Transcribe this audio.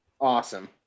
Awesome